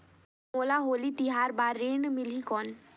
मोला होली तिहार बार ऋण मिलही कौन?